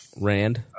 Rand